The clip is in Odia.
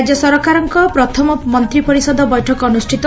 ରାଜ୍ୟ ସରକାରଙ୍କ ପ୍ରଥମ ମନ୍ତିପରିଷଦ ବୈଠକ ଅନ୍ତଷିତ